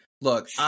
look